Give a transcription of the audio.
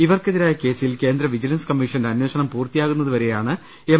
ഇവർക്കെതിരായ കേസിൽ കേന്ദ്ര വിജിലൻസ് കമ്മീഷന്റെ അന്വേഷണം പൂർത്തിയാകുന്നതുവരെയാണ് എം